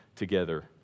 together